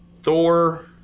Thor